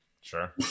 Sure